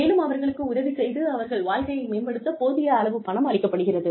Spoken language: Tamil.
மேலும் அவர்களுக்கு உதவி செய்து அவர்கள் வாழ்க்கையை மேம்படுத்த போதிய அளவு பணம் அளிக்கப்படுகிறது